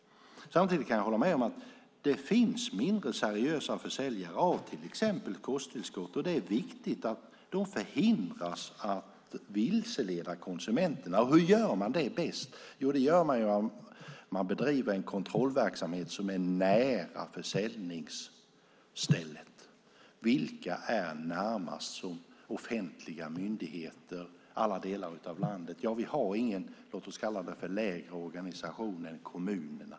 Samtidigt kan jag hålla med om att det finns mindre seriösa försäljare av exempelvis kosttillskott, och det är viktigt att de förhindras att vilseleda konsumenterna. Hur gör man det bäst? Jo, genom att bedriva en kontrollverksamhet som är nära försäljningsstället. Vilka offentliga myndigheter finns närmast i alla delar av landet? Vi har ingen låt oss kalla det för lägre organisation än kommunerna.